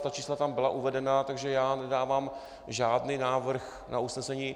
Ta čísla tam byla uvedena, takže já nedávám žádný návrh na usnesení.